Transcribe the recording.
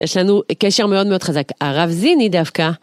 יש לנו קשר מאוד מאוד חזק, הרב זיני דווקא.